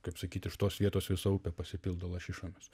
kaip sakyt iš tos vietos visa upė pasipildo lašišomis